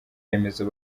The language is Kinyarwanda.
remezo